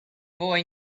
boy